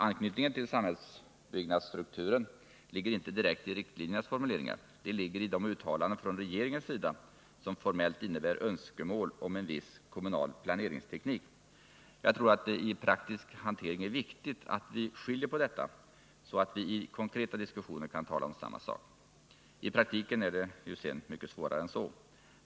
Anknytningen till samhällsbyggnadsstrukturen ligger inte direkt i riktlinjernas formuleringar — de ligger i uttalanden från regeringens sida som formellt innebär önskemål om en viss kommunal planeringsteknik. Jag tror att det i praktisk hantering är viktigt att vi skiljer på detta, så att vi i konkreta diskussioner kan tala om samma sak. I praktiken är det sedan svårare än så.